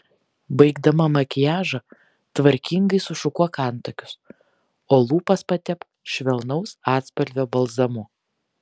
baigdama makiažą tvarkingai sušukuok antakius o lūpas patepk švelnaus atspalvio balzamu